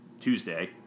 Tuesday